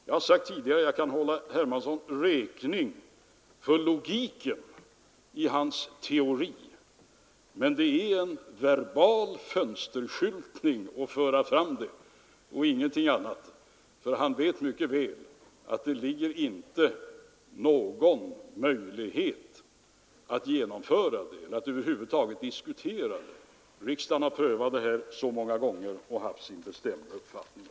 Jag har sagt tidigare att jag kan hålla herr Hermansson räkning för logiken i hans teori, men det är en verbal fönsterskyltning att föra fram den och ingenting annat — för han vet mycket väl att det inte finns någon möjlighet att genomföra eller över huvud taget diskutera en sådan åtgärd. Riksdagen har prövat den många gånger och haft sin bestämda uppfattning.